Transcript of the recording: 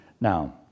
Now